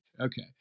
Okay